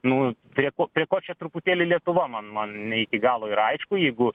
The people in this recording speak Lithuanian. nu prie ko prie ko čia truputėlį lietuva man man ne iki galo ir aišku jeigu